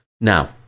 Now